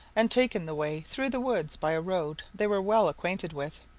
and taken the way through the woods by a road they were well acquainted with.